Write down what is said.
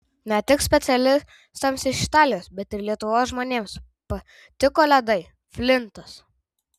ne tik specialistams iš italijos bet ir lietuvos žmonėms patiko ledai flintas